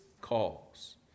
calls